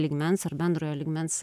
lygmens ar bendrojo lygmens